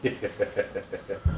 yup yup yup yup yup